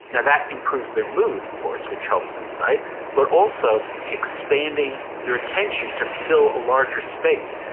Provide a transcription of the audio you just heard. now that improves their mood of course, which helps insight. but also expanding your attention to fill a larger space.